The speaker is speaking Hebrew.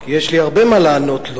כי יש לי הרבה מה לענות לו.